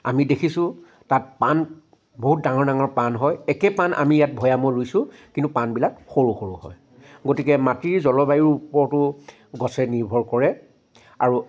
আমি দেখিছোঁ তাত পাণ বহুত ডাঙৰ ডাঙৰ পাণ হয় একেই পাণ আমি ইয়াত ভৈয়ামত ৰুইছোঁ কিন্তু পানবিলাক সৰু সৰু হয় গতিকে মাটিৰ জলবায়ু ওপৰতো গছে নিৰ্ভৰ কৰে আৰু